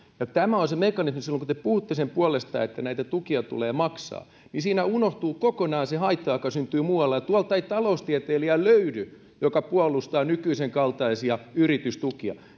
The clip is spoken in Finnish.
tämä on se mekanismi kun te puhutte sen puolesta että näitä tukia tulee maksaa niin siinä unohtuu kokonaan se haitta joka syntyy muualla ja tuolta ei taloustieteilijää löydy joka puolustaa nykyisenkaltaisia yritystukia